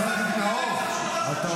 יואב סגלוביץ' יותר מרוקאי ממך.